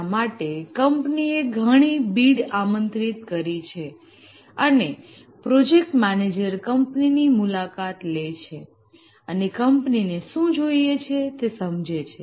તેના માટે કંપનીએ ઘણી બીડ આમંત્રિત કરી છે અને પ્રોજેક્ટ મેનેજર કંપનીની મુલાકાત લે છે અને કંપનીને શું જોઈએ છે તે સમજે છે